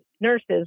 nurses